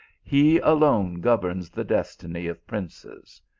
he alone governs the destiny of princes!